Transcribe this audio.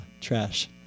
trash